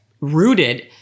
rooted